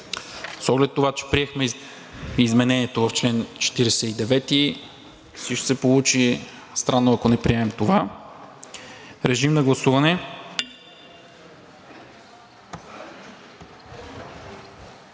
С оглед на това, че приехме изменението в чл. 49, ще се получи странно, ако не приемем това. Режим на гласуване.